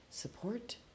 support